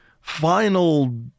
final